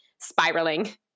spiraling